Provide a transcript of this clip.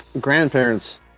grandparents